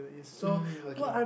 uh okay